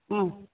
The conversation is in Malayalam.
ആ